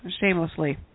shamelessly